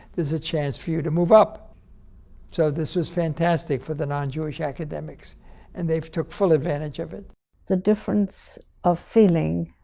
there's a chance for you to move up so this was fantastic for the non-jewish academics and they've took full advantage of it the difference of feeling